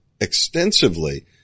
extensively